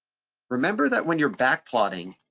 remember that when you're backplotting,